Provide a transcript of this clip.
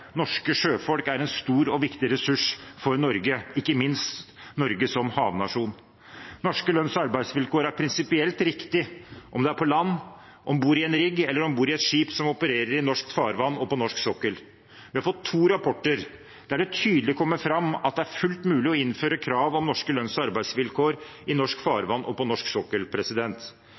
Norske sjøfolk er en stor og viktig ressurs for Norge, ikke minst for Norge som havnasjon. Norske lønns- og arbeidsvilkår er prinsipielt riktig om det er på land, om bord i en rigg eller om bord i et skip som opererer i norsk farvann og på norsk sokkel. Vi har fått to rapporter der det tydelig kommer fram at det er fullt mulig å innføre krav om norske lønns- og arbeidsvilkår i norsk farvann og på norsk sokkel.